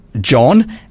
John